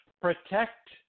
protect